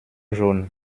jaune